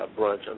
brunch